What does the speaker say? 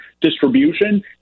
distribution